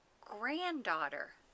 granddaughter